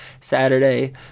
saturday